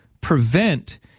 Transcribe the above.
prevent